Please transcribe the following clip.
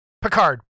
Picard